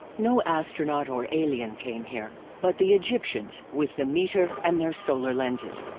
no astronaut or alien came here, but the egyptians with the meter and their solar lenses.